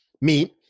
meat